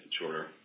shorter